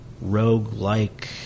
rogue-like